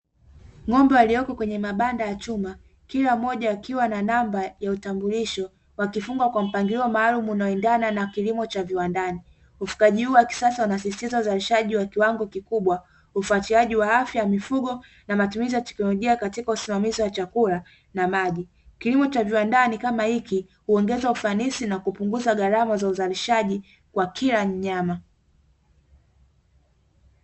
Ng'ombe walioko kwenye mabanda ya chuma, kila mmoja akiwa na namba ya utambulisho, wakifungwa kwa mpangilio maalum unaoendana na kilimo cha viwandani. Ufugaji huu wa kisasa wanasisitiza uzalishaji wa kiwango kikubwa, ufuatiaji wa afya ya mifugo, na matumizi ya teknolojia katika usimamizi wa chakula na maji. Kilimo tuna viwandani kama hiki huongeza ufanisi na kupunguza gharama za uzalishaji kwa kila mnyama.